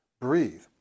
breathe